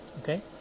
okay